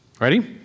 Ready